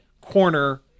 corner